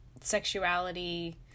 sexuality